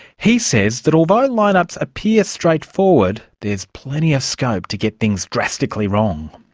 he says that although line-ups appear straightforward, there's plenty of scope to get things drastically wrong.